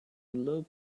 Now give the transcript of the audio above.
low